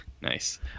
Nice